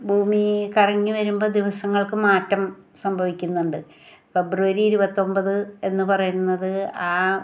ഭൂമീ കറങ്ങി വരുമ്പം ദിവസങ്ങൾക്ക് മാറ്റം സംഭവിക്കുന്നുണ്ട് ഫെബ്രുവരി ഇരുപത്തൊമ്പത് എന്ന് പറയുന്നത് ആ